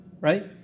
right